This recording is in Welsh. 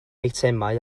eitemau